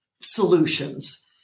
solutions